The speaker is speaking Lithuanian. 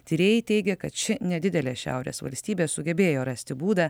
tyrėjai teigė kad ši nedidelė šiaurės valstybė sugebėjo rasti būdą